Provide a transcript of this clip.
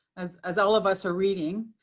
as as all of us are reading,